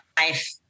life